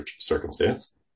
circumstance